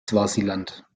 swasiland